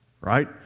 right